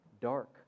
dark